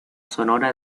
sonora